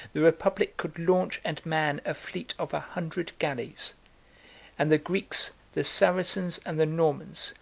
the republic could launch and man a fleet of a hundred galleys and the greeks, the saracens, and the normans,